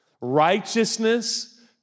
righteousness